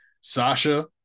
Sasha